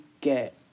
get